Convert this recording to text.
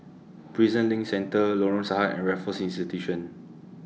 Prison LINK Centre Lorong Sahad and Raffles Institution